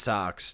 Sox